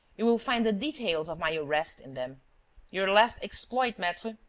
you will find the details of my arrest in them your last exploit, maitre!